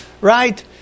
right